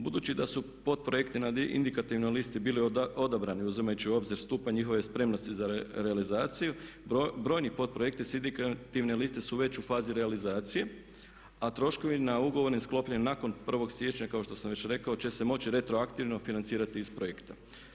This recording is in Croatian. Budući da su podprojekti na indikativnoj listi bili odabrani uzimajući u obzir stupanj njihove spremnosti za realizaciju brojni podprojekti sa indikativne liste su već u fazi realizacije, a troškovi na ugovore sklopljene nakon 1. siječnja kao što sam već rekao će se moći retroaktivno financirati iz projekta.